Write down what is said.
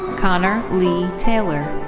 connor leigh taylor.